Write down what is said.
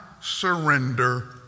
surrender